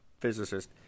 physicist